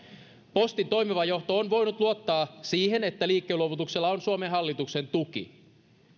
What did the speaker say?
postin toimiva johto on voinut luottaa siihen että liikkeenluovutuksella on suomen hallituksen tuki